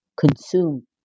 consume